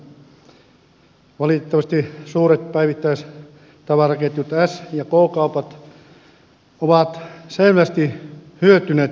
valitettavasti suuret päivittäistavaraketjut s ja k kaupat ovat selvästi hyötyneet tilanteesta